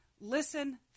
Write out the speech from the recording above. listen